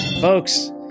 Folks